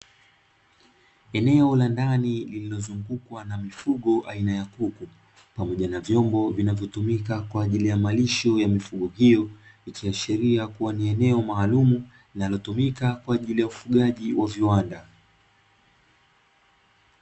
Eneo la ndani lililozungukwa na mifugo aina ya kuku, pamoja na vyombo vinavyotumika kwa ajili ya malisho ya mifugo hiyo, ikiashiria kuwa ni eneo maalumu linaliotumika kwa ajili ya ufugaji wa viwanda.